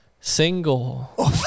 Single